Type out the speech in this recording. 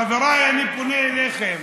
חבריי, אני פונה עליכם,